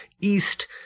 East –